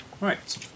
Right